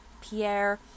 Pierre